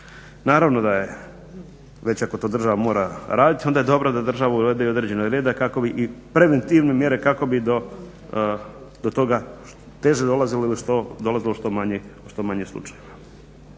Naravno da je, već ako to država mora raditi onda je dobro da država uvede i određenog reda kako bi i preventivne mjere kako bi do toga teže dolazilo nego što, dolazilo